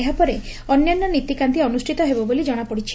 ଏହାପରେ ଅନ୍ୟାନ୍ୟ ନୀତିକାନ୍ତି ଅନୁଷ୍ଠିତ ହେବ ବୋଲି ଜଣାପଡିଛି